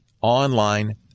Online